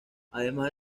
además